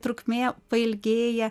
trukmė pailgėja